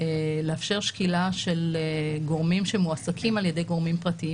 לאפשר שקילה של גורמים שמועסקים על ידי גורמים פרטיים,